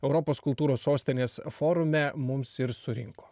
europos kultūros sostinės forume mums ir surinko